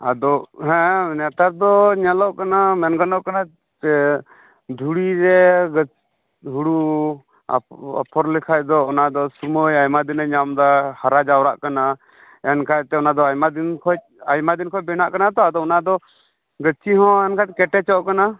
ᱟᱫᱚ ᱦᱮᱸ ᱱᱮᱛᱟᱨ ᱫᱚ ᱧᱮᱞᱚᱜ ᱠᱟᱱᱟ ᱢᱮᱱ ᱜᱟᱱᱚᱜ ᱠᱟᱱᱟ ᱥᱮ ᱫᱷᱩᱲᱤ ᱨᱮ ᱦᱩᱲᱩ ᱟᱯᱷᱚᱨ ᱞᱮᱠᱷᱟᱱ ᱫᱚ ᱚᱱᱟ ᱫᱚ ᱥᱚᱢᱚᱭ ᱟᱭᱢᱟ ᱫᱤᱱᱮ ᱧᱟᱢ ᱮᱫᱟ ᱦᱟᱨᱟ ᱡᱟᱣᱨᱟᱜ ᱠᱟᱱᱟ ᱮᱱᱠᱷᱟᱡ ᱛᱮ ᱚᱱᱟ ᱫᱚ ᱟᱭᱢᱟ ᱫᱤᱱ ᱠᱷᱚᱱ ᱟᱭᱢᱟ ᱫᱤᱱ ᱠᱷᱚᱱ ᱵᱮᱱᱟᱜ ᱠᱟᱱᱟ ᱛᱳ ᱟᱫᱚ ᱚᱱᱟ ᱫᱚ ᱜᱟᱹᱪᱷᱤ ᱦᱚᱸ ᱮᱱᱠᱷᱟᱱ ᱠᱮᱴᱮᱡᱚᱜ ᱠᱟᱱᱟ